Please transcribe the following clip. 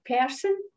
person